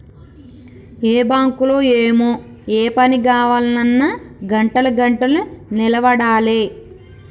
ఏం బాంకులో ఏమో, ఏ పని గావాల్నన్నా గంటలు గంటలు నిలవడాలె